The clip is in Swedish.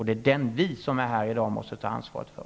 Det är den som vi som är här i dag måste ta ansvar för.